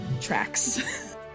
tracks